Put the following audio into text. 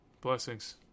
Blessings